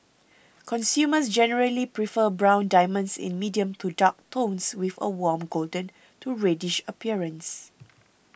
consumers generally prefer brown diamonds in medium to dark tones with a warm golden to reddish appearance